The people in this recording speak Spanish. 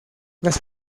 las